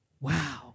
Wow